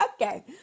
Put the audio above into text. okay